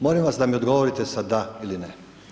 Molim vas da mi odgovorite sa da ili ne.